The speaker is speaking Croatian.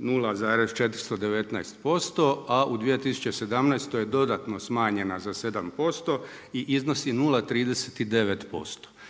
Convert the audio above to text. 0,419% a u 2017. je dodatno smanjena za 7% i iznosi 0,39%.